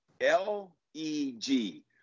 L-E-G